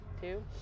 two